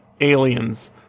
aliens